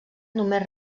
només